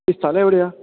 ഈ സ്ഥലം എവിടെയാ